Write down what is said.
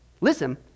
Listen